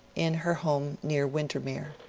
in her home near windermere.